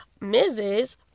Mrs